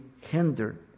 hindered